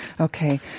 okay